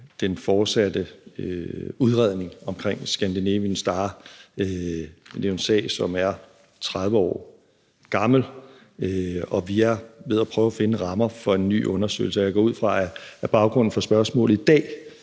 den fortsatte udredning omkring »Scandinavian Star«. Det er jo en sag, som er 30 år gammel, og vi er ved at prøve at finde rammer for en ny undersøgelse, og jeg går ud fra, at baggrunden for spørgsmålet i dag